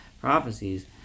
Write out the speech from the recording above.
prophecies